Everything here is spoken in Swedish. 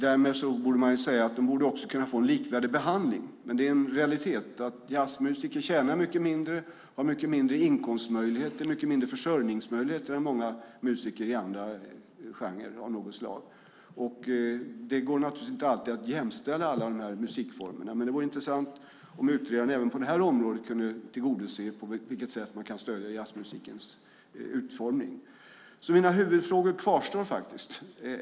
Därmed borde man kunna säga att de också bör få en likvärdig behandling. Men det är en realitet att jazzmusiker tjänar mycket mindre. De har mycket mindre inkomstmöjligheter och mycket mindre försörjningsmöjligheter än många musiker i andra genrer av olika slag. Det går naturligtvis inte alltid att jämställa alla de här musikformerna, men det vore intressant om utredaren även på det här området kunde utreda på vilket sätt man kan stödja jazzmusikens utformning. Mina huvudfrågor kvarstår.